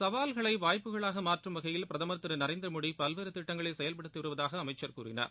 சவால்களை வாய்ப்புகளாக வகையில் மாற்றும் பிரதமர் திரு நரேந்திரமோடி பல்வேறு திட்டங்களை செயல்படுத்தி வருவதாக அமைச்சர் கூறினார்